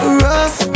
rough